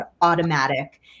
automatic